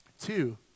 Two